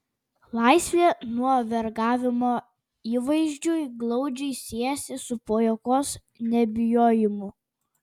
laisvė nuo vergavimo įvaizdžiui glaudžiai siejasi su pajuokos nebijojimu